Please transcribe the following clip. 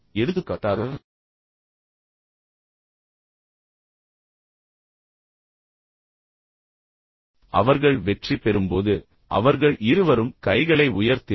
எடுத்துக்காட்டாக அவர்கள் வெற்றி பெறும்போது அவர்கள் இருவரும் கைகளை உயர்த்தினர்